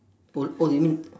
oh oh you mean